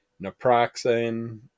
naproxen